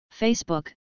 Facebook